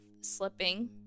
slipping